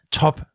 top